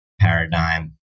paradigm